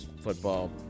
football